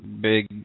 big